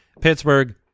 Pittsburgh